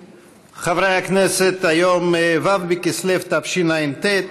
חברי הכנסת, היום ו' בכסלו תשע"ט,